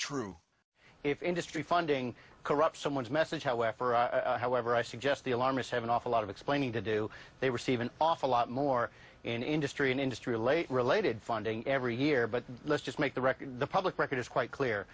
true if industry funding corrupt someone's message however however i suggest the alarmists have an awful lot of explaining to do they receive an awful lot more an industry an industry late related funding every year but let's just make the record the public record is quite clear